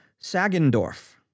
Sagendorf